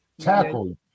tackle